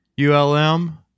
ULM